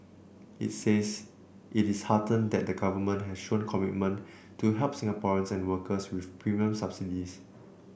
it says it is heartened that the Government has shown commitment to help Singaporeans and workers with premium subsidies